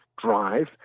drive